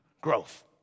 Growth